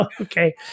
Okay